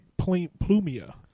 Plumia